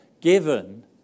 given